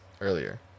earlier